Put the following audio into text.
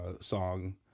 song